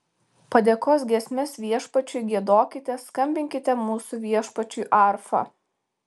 padėkos giesmes viešpačiui giedokite skambinkite mūsų viešpačiui arfa